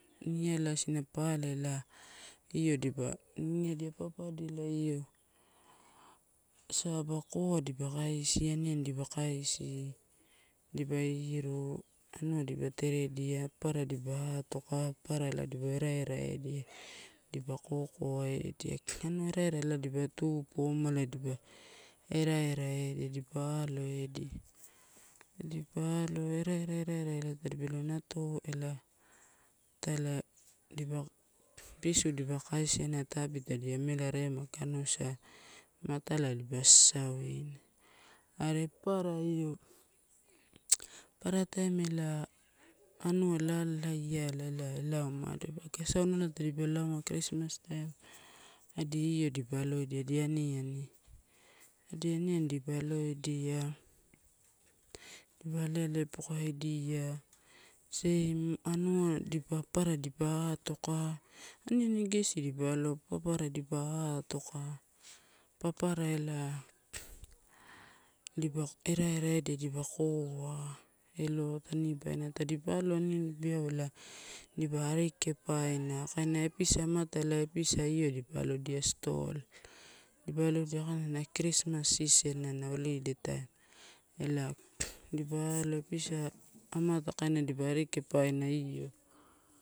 Niala isina pala ela io dipa, niniadia, papadia ela io saba koa dipa kaisia, aniani dipa kaisi dipa iru, anua dipa teredia. Papara dipa atoka, papara ela dipa era, era edia, dipa kokoa edia, anua era, era dipa tu pomuai dipa era, era edia, dipa alo edia. Tadipa alo era, era, era tadipalo nato ela, italai pisu dipa kaisia tabu tadi amela raiama aga anusai matala dipa sasauina. Are papara io, papara taim ela anua lalaiala ela, ela umadoba aga asaunala tadipa lauma kristmas taim adi io dipa aloidia ani ani. Adi aniani dipa aloidia dipa aleale pokaidia ame anua dipa papara dipa atoka, aniani gesi dipa aloa. Papara dipa atoka, papara ela dipa era, era edia, dipa koa. Elo tanibainala, tadipa aloa ani ani beau ela dipa ari kepaina, kaina episa mata ela episa io dipa aloidia stole, dipa allodia kaina na kristmas season na, na holiday taim ela dipa alo episa amata kaina dipa ari kepainaio.